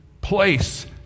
place